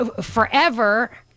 forever